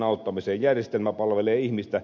järjestelmä palvelee ihmistä